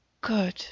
Good